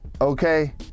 Okay